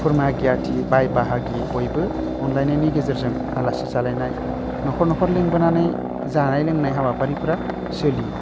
खुरमा गियाथि बाय बाहागि बयबो अनलायनायनि गेजेरजों आलासि जालायनाय नखर नखर लेंबोनानै जानाय लोंनाय हाबाफारिफ्रा सोलियो